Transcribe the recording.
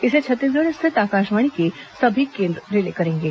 इसे छत्तीसगढ़ स्थित आकाशवाणी के सभी केंद्र रिले करेंगे